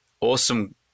Awesome